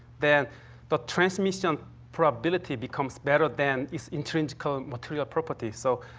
then the transmission probability becomes better than its intrinsic ah material properties, so